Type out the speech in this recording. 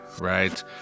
right